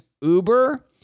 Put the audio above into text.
Uber